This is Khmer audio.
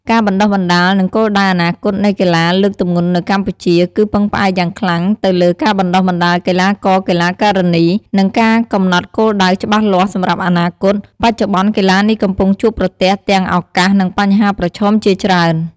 ការបណ្តុះបណ្តាល និងគោលដៅអនាគតនៃកីឡាលើកទម្ងន់នៅកម្ពុជា គឺពឹងផ្អែកយ៉ាងខ្លាំងទៅលើការបណ្តុះបណ្តាលកីឡាករ-កីឡាការិនី និងការកំណត់គោលដៅច្បាស់លាស់សម្រាប់អនាគត។ បច្ចុប្បន្ន កីឡានេះកំពុងជួបប្រទះទាំងឱកាស និងបញ្ហាប្រឈមជាច្រើន។